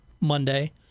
Monday